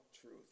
truth